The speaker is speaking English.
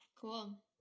Cool